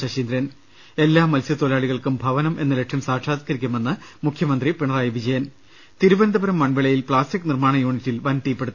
ശശീന്ദ്രൻ എല്ലാ മത്സ്യത്തൊഴിലാളികൾക്കും ഭവനം എന്ന ലക്ഷ്യം സാക്ഷാത്കരിക്കു മെന്ന് മുഖ്യമന്ത്രി പിണറായി വിജയൻ തിരുവനന്തപുരം മൺവിളയിൽ പ്ലാസ്റ്റിക് നിർമ്മാണ യൂണിറ്റിൽ വൻ തീപിടു